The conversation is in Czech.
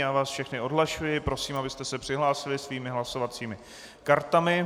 Já vás všechny odhlašuji, prosím, abyste se přihlásili svými hlasovacími kartami.